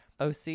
OC